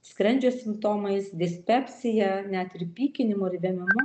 skrandžio simptomais dispepsija net ir pykinimu ir vėmimu